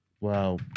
Wow